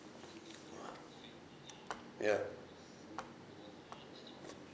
ya